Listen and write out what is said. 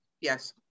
Yes